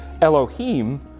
Elohim